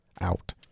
out